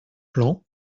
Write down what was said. plans